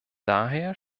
daher